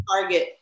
target